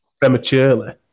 prematurely